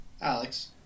Alex